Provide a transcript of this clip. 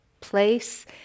place